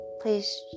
please